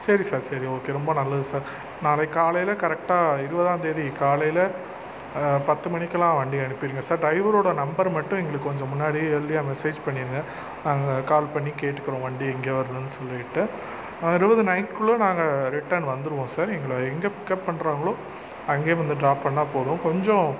சரி சார் சரி ஓகே ரொம்ப நல்லது சார் நாளைக்கு காலையில் கரெக்டாக இருபதாம் தேதி காலையில் பத்து மணிக்குலாம் வண்டியை அனுப்பிடுங்கள் சார் டிரைவரோட நம்பர் மட்டும் எங்களுக்கு கொஞ்சம் முன்னாடியே எழுதி மெசேஜ் பண்ணிடுங்கள் நாங்கள் கால் பண்ணி கேட்டுக்கிறோம் வண்டி எங்கே வருதுன்னு சொல்லிட்டு இருபது நைட் குள்ள நாங்கள் ரிட்டன் வந்துடுவோம் சார் எங்களை எங்கே பிக்கப் பண்ணுறாங்களோ அங்கே வந்து டிராப் பண்ணால் போதும் கொஞ்சம்